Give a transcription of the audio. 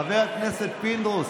חבר הכנסת פינדרוס,